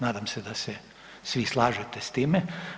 Nadam se da se svi slažete s time.